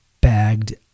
bagged